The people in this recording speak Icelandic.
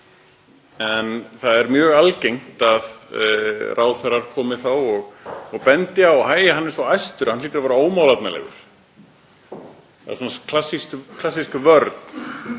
En það er mjög algengt að ráðherrar komi þá og bendi á: Æ, hann er svo æstur. Hann hlýtur að vera ómálefnalegur. Það er svona klassísk vörn.